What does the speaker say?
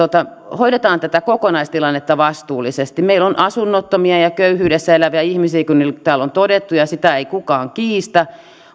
hoidettaisiin tätä kokonaistilannetta vastuullisesti meillä on asunnottomia ja köyhyydessä eläviä ihmisiä kuten täällä on todettu ja sitä ei kukaan kiistä